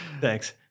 Thanks